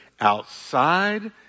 outside